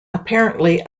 apparently